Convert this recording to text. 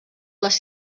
les